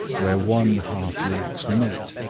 where one half lacks meat,